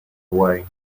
away